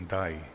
die